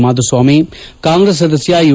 Madhuswamy Congress ಸದಸ್ಯ you